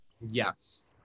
Yes